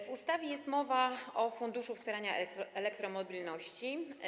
W ustawie jest mowa o funduszu wspierania elektromobilności.